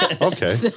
okay